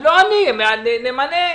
לא אני, נמנה.